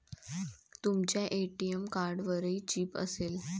तुमच्या ए.टी.एम कार्डवरही चिप असेल